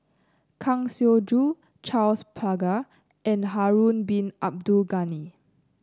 Kang Siong Joo Charles Paglar and Harun Bin Abdul Ghani